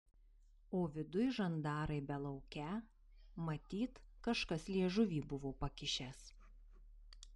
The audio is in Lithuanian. o viduj žandarai belaukią matyt kažkas liežuvį buvo pakišęs